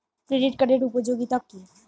Credit কার্ডের উপযোগিতা কি?